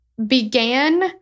began